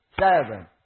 seven